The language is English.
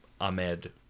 ahmed